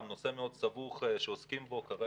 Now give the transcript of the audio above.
זה נושא סבוך מאוד שעוסקים בו כרגע.